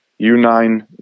U9